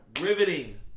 riveting